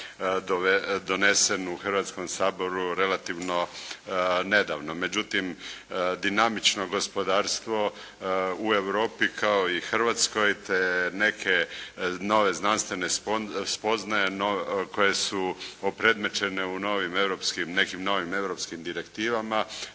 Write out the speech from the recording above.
donesen u Hrvatskom saboru relativno nedavno. Međutim dinamično gospodarstvo u Europi kao i u Hrvatskoj, te neke nove znanstvene spoznaje koje su opredmećene u novim europskim, nekim